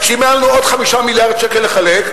שאם היו לנו עוד 5 מיליארד שקל לחלק,